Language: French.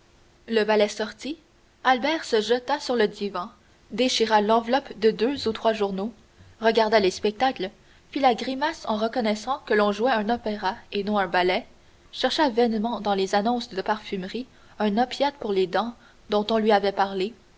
le valet sorti albert se jeta sur le divan déchira l'enveloppe de deux ou trois journaux regarda les spectacles fit la grimace en reconnaissant que l'on jouait un opéra et non un ballet chercha vainement dans les annonces de parfumerie un opiat pour les dents dont on lui avait parlé